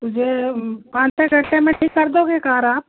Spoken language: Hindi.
मुझे पाँच छः घंटे में ठीक कर दोगे कार आप